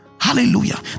Hallelujah